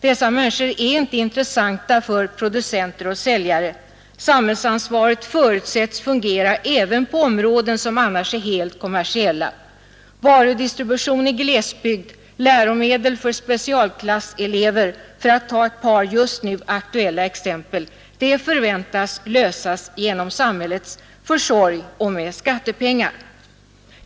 Dessa människor är inte intressanta för producenter och säljare. Samhällsansvaret förutsätts fungera även på områden som annars är helt kommersiella. Varudistributionen i glesbygd och läromedlen för specialklasselever — för att här ta bara ett par just nu aktuella exempel — förväntas lösas genom samhällets försorg och med skattepengar.